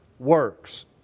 works